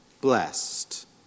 blessed